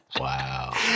Wow